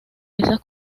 esas